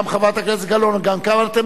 אתם לא רוצים רשות דיבור?